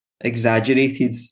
exaggerated